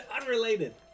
Unrelated